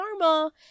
Karma